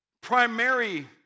primary